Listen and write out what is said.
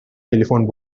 telephone